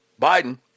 Biden